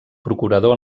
procurador